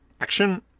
action